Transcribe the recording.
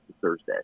Thursday